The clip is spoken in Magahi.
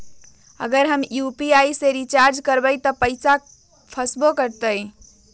अगर हम यू.पी.आई से रिचार्ज करबै त पैसा फसबो करतई?